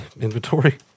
inventory